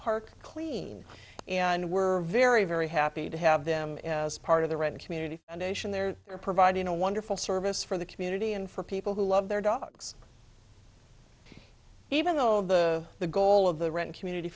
park clean and were very very happy to have them as part of the right of community foundation there are providing a wonderful service for the community and for people who love their dogs even though the the goal of the red community